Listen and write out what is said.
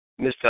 Mr